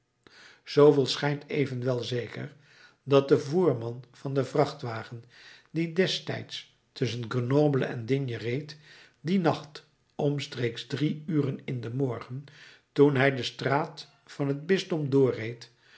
zooveel schijnt evenwel zeker dat de voerman van den vrachtwagen die destijds tusschen grenoble en d reed dien nacht omstreeks drie uren in den morgen toen hij de straat van het bisdom doorreed